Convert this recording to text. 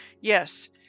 Yes